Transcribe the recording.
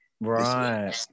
Right